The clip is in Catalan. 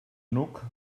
nuc